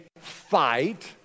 fight